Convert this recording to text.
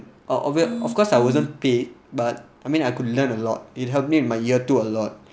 obv~ of course I wasn't paid but I mean I could learn a lot it helped me with my year two a lot